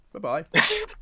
bye-bye